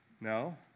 No